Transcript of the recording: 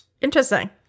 Interesting